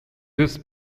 this